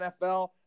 NFL –